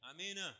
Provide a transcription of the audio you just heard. Amen